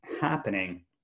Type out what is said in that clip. happening